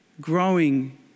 growing